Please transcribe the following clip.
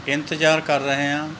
ਇੰਤਜ਼ਾਰ ਕਰ ਰਹੇ ਹਾਂ